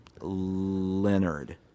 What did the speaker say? leonard